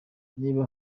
niba